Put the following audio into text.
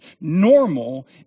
Normal